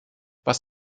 was